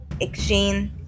exchange